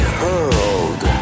hurled